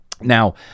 Now